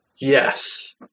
Yes